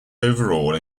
overall